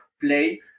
play